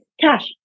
Cash